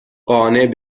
قانع